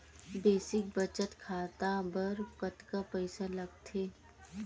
Basic बचत खाता बर कतका पईसा लगथे?